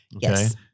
Yes